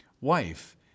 wife